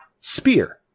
spear